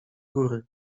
góry